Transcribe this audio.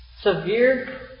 severe